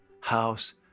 house